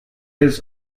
has